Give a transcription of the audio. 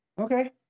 Okay